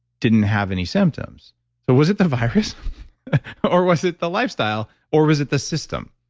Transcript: didn't have any symptoms. so was it the virus or was it the lifestyle or was it the system?